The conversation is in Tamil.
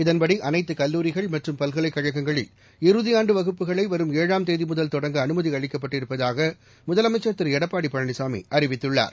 இதன்படி அனைத்து கல்லூரிகள் மற்றும் பல்கலைக்கழகங்களில் இறுதியாண்டு வகுப்புகளை வரும் ஏழாம் தேதிமுதல் தொடங்க அனுமதி அளிக்கப்பட்டிருப்பதாக முதலமைச்சர் திரு எடப்பாடி பழனிசாமி அறிவித்துள்ளார்